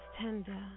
tender